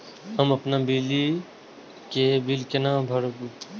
हम अपन बिजली के बिल केना भरब?